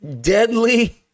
deadly